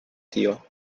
tio